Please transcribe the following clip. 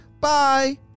bye